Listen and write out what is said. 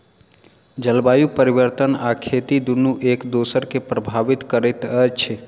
जलवायु परिवर्तन आ खेती दुनू एक दोसरा के प्रभावित करैत अछि